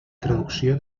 traducció